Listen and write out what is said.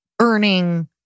earning